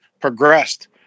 progressed